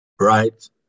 Right